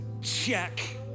Check